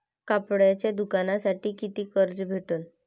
कापडाच्या दुकानासाठी कितीक कर्ज भेटन?